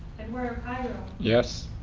eduardo kind of ah yes.